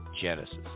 Genesis